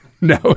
No